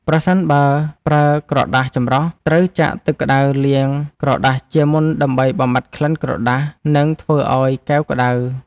ប្រសិនបើប្រើក្រដាសចម្រោះ ត្រូវចាក់ទឹកក្ដៅលាងក្រដាសជាមុនដើម្បីបំបាត់ក្លិនក្រដាស និងធ្វើឱ្យកែវក្ដៅ។